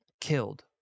killed